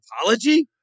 apology